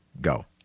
go